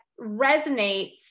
resonates